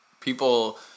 people